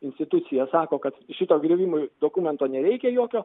institucija sako kad šito griovimui dokumento nereikia jokio